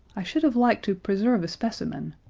i should have liked to preserve a specimen.